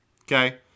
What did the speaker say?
okay